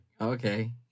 okay